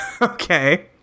Okay